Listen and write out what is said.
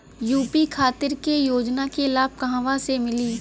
UP खातिर के योजना के लाभ कहवा से मिली?